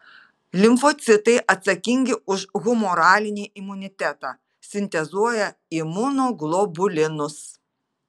limfocitai atsakingi už humoralinį imunitetą sintezuoja imunoglobulinus